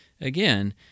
Again